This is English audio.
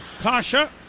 Kasha